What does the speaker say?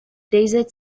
desert